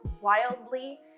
wildly